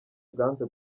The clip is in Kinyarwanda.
bwanze